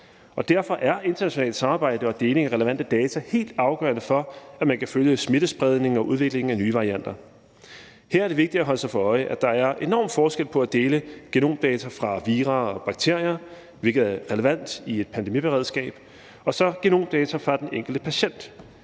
derfor er internationalt samarbejde og delingen af relevante data helt afgørende for, at man kan følge smittespredningen og udviklingen af nye varianter. Her er det vigtigt at holde sig for øje, at der er en enorm forskel på at dele genomdata fra vira og bakterier, hvilket er relevant i et pandemiberedskab, og så genomdata fra den enkelte patient.